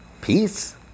peace